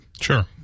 Sure